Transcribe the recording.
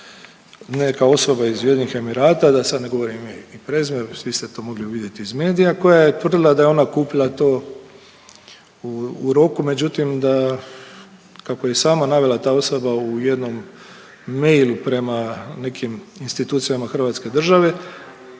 neka osoba iz Ujedinjenih Emirata da sad ne govorim ime i prezime, svi ste to mogli vidjeti iz medija koja je tvrdila da je ona kupila to u roku međutim da, kako je i sama navela ta osoba u jednom mailu prema nekim institucijama Hrvatske države,